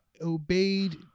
Obeyed